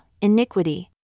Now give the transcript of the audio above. iniquity